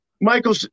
Michael